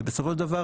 ובסופו של דבר,